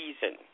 season